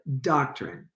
doctrine